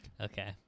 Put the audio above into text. Okay